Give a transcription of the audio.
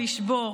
לשבור.